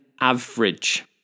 average